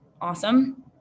awesome